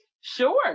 Sure